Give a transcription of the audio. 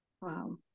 Wow